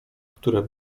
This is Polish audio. które